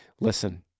listen